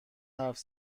حرف